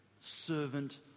servant